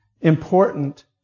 important